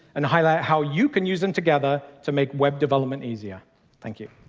and highlight how you can use them together to make web development easier thank you.